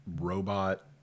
robot